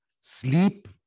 Sleep